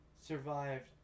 survived